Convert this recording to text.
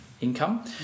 income